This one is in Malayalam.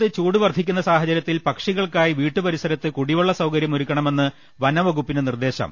സംസ്ഥാനത്ത് ചൂട് വർധിക്കുന്ന സാഹചര്യത്തിൽ പക്ഷികൾക്കാ യി വീട്ടുപരിസരത്ത് കുടിവെള്ള സൌകര്യം ഒരുക്കണമെന്ന് വനം വകുപ്പിന്റെ നിർദേശം